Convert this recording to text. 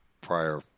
prior